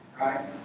Right